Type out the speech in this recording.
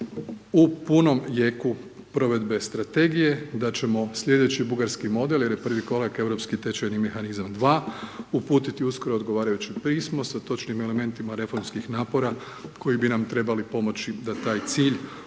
u punom jeku provedbe strategije, da ćemo sljedeći bugarski model, jer je prvi korak europski tečajni mehanizam 2 uputiti uskoro odgovarajuće pismo sa točnim elementima reformskih napora, koji bi nam trebali pomoći da taj cilj,